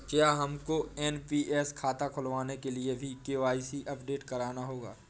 क्या हमको एन.पी.एस खाता खुलवाने के लिए भी के.वाई.सी अपडेट कराना होगा?